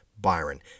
Byron